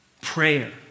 Prayer